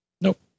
Nope